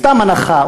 סתם הנחה.